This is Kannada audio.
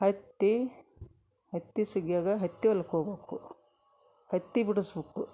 ಹತ್ತಿ ಹತ್ತಿ ಸುಗ್ಯೋಗ ಹತ್ತಿ ಹೊಲ್ಕ ಹೋಗ್ಬಕು ಹತ್ತಿ ಬಿಡಸ್ಬಕು